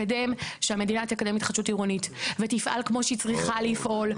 שהמדינה תקדם התחדשות עירונית ותפעל כמו שהיא צריכה לפעול,